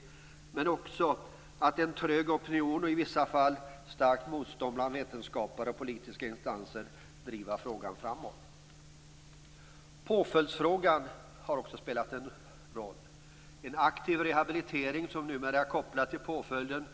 Det visar sig också att det, trots en trög opinion och i vissa fall ett starkt motstånd bland vetenskapare och politiska instanser, går att driva frågan framåt. Påföljdsfrågan har också spelat en roll. Den aktiva rehabilitering som numera, sedan 1990, är kopplad till påföljden,